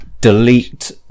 Delete